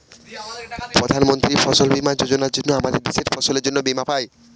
প্রধান মন্ত্রী ফসল বীমা যোজনার জন্য আমাদের দেশের ফসলের জন্যে বীমা পাই